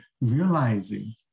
realizing